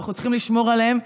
ואנחנו צריכים לשמור עליהם,